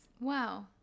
wow